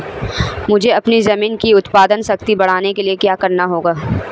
मुझे अपनी ज़मीन की उत्पादन शक्ति बढ़ाने के लिए क्या करना होगा?